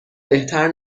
بهتر